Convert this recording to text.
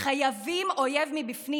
חייבים אויב מבפנים.